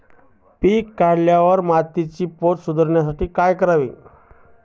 पीक काढल्यावर मातीचा पोत सुधारण्यासाठी काय करावे?